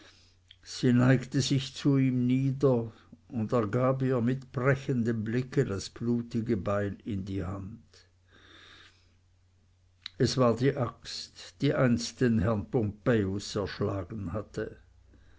sie neigte sich zu ihm nieder und er gab ihr mit brechendem blicke das blutige beil in die hand es war die axt die einst den herrn pompejus erschlagen hatte